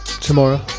tomorrow